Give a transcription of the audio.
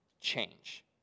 change